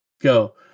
go